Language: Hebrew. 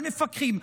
על מפקחים.